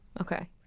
Okay